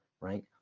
right